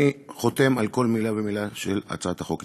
אני חותם על כל מילה ומילה בהצעת החוק.